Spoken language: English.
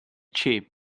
cheap